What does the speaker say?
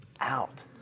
out